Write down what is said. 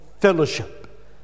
fellowship